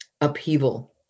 upheaval